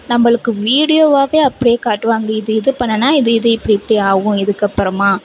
நம்மளுக்கு வீடியோவாகவே அப்படியே காட்டுவாங்க இது இது பண்ணுனா இது இது இப்படி இப்படி ஆகும் இதுக்கு அப்புறமா